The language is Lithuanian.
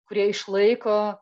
kurie išlaiko